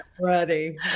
ready